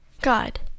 God